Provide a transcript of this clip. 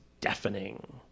deafening